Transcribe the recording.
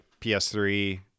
ps3